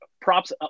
props